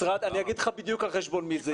אני אגיד לך בדיוק על חשבון מי זה יהיה.